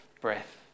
breath